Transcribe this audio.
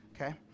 Okay